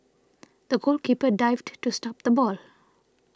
the goalkeeper dived to stop the ball